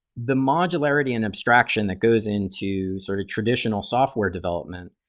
the modularity in abstraction that goes into sort of traditional software development,